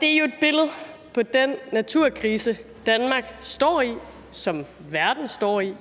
Det er jo et billede på den naturkrise, Danmark står i, og som verden står i.